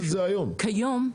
זה כבר קיים.